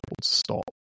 stop